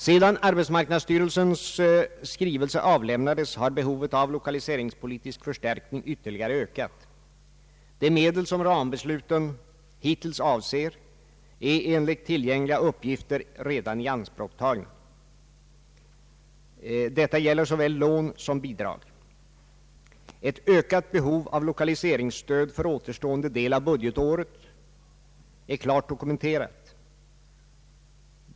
Sedan arbetsmarknadsstyrelsens skrivelse avlämnades har behovet av lokaliseringspolitisk förstärkning ytterligare ökat. De medel som rambesluten hittills avser är enligt tillgängliga uppgifter redan ianspråktagna. Detta gäller såväl lån som bidrag. Ett ökat behov av lokaliseringsstöd för återstående del av budgetåret är klart dokumenterat.